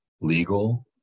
legal